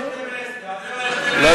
עד 23:45. זה דיון של כל הלילה.